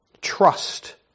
trust